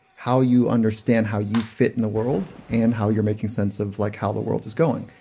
how you understand how you fit in the world and how you're making sense of like how the world is going.